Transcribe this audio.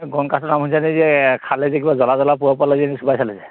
গণ কাঠৰ যে খালে কিবা জ্বলা জ্বলা পুৰা পুৰা যে চুবাই চালে যে